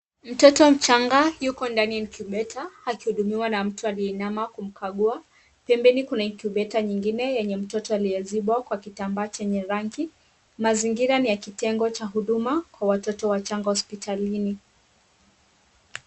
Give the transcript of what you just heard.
Mtoto mchanga yuko ndani ya incubator akihudumiwa na mtu aliyeinama kumkagua. Pembeni kuna incubator nyingine yenye mtoto aliyezibwa kwa kitambaa chenye rangi. Mazingira ni ya kitengo cha huduma kwa watoto wachanga hospitalini.